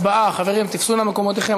כנראה השר הנגבי לא יהיה היום.